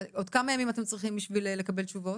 עוד כמה ימים אתם צריכים בשביל לקבל תשובות?